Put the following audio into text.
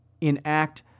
enact